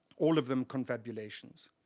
all of them confabulations.